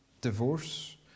divorce